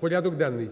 порядок денний.